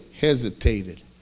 hesitated